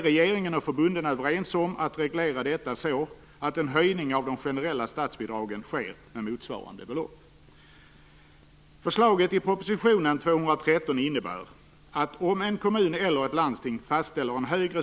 Regeringen och förbunden är överens om att reglera detta så att en höjning av de generella statsbidragen sker med motsvarande belopp.